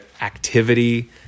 activity